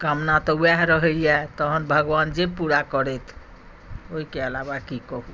कामना तऽ उएह रहैए तखन भगवान जे पूरा करथि ओहिके अलावा की कहू